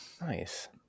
Nice